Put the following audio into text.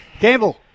Campbell